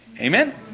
Amen